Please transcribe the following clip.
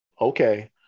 okay